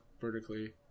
vertically